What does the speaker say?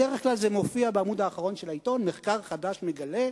בדרך כלל זה מופיע בעמוד האחרון של העיתון: מחקר חדש מגלה,